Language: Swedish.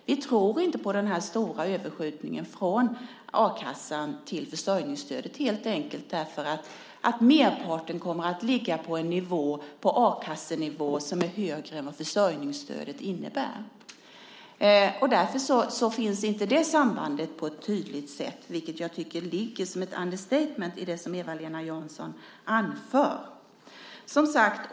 Vi tror inte på den stora överskjutningen från a-kassan till försörjningsstödet helt enkelt därför att merparten kommer att ligga på en a-kassenivå som är högre än försörjningsstödet innebär. Därför finns inte det sambandet på ett tydligt sätt, vilket jag tycker ligger som ett understatement i det som Eva-Lena Jansson anför.